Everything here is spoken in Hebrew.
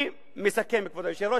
מסכם, כבוד היושב-ראש,